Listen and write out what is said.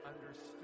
understood